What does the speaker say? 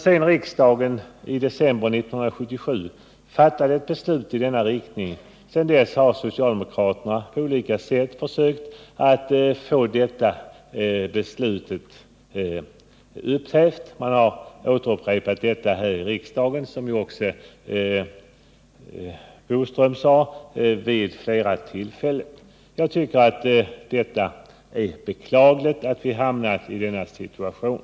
Sedan riksdagen i december 1977 fattade ett beslut i denna riktning har emellertid socialdemokraterna försökt att få detta beslut upphävt. Man har vid flera tillfällen motionerat om detta i riksdagen, som ju också Curt Boström sade. Jag tycker att det är beklagligt att vi har hamnat i denna situation.